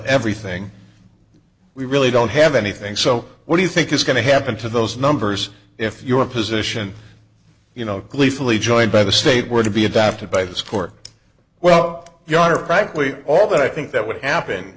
everything we really don't have anything so what do you think is going to happen to those numbers if you're a position you know gleefully joined by the state were to be adopted by this court well your honor frankly all that i think that would happen